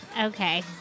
okay